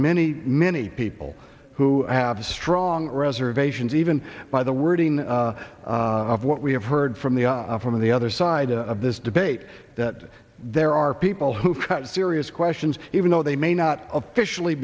many many people who have strong reservations even by the wording of what we have heard from the from the other side of this debate that there are people who've got serious questions even though they may not officially